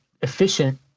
efficient